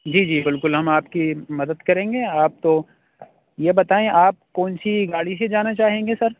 جی جی بالکل ہم آپ کی مدد کریں گے آپ تو یہ بتائیں آپ کون سی گاڑی سے جانا چاہیں گے سر